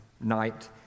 night